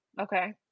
Okay